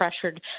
pressured